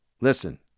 listen